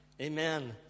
Amen